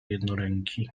jednoręki